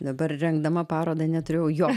dabar rengdama parodą neturėjau jo